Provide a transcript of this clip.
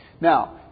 Now